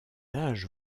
âge